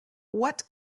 what